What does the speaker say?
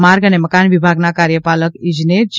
માર્ગ અને મકાન વિભાગના કાર્યપાલક ઇજનેર જે